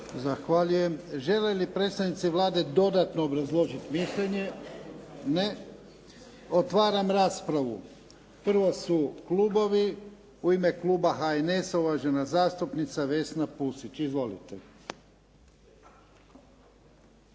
Zahvaljujem. Žele li predstavnici Vlade dodatno obrazložiti mišljenje? Ne. Otvaram raspravu. Prvo su klubovi. U ime kluba HNS-a, uvažena zastupnica Vesna Pusić. Izvolite.